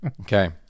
okay